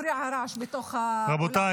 מפריע הרעש בתוך --- רבותיי,